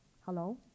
Hello